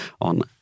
on